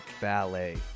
ballet